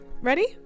Ready